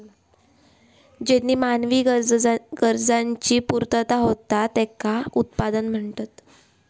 ज्येनीं मानवी गरजांची पूर्तता होता त्येंका उत्पादन म्हणतत